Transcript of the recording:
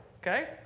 Okay